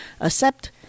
accept